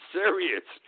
serious